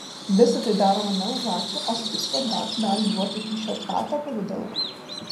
visa tai daroma ne už ačiū o su tikslu atgauti dalį duoto kyšio otkato pavidalu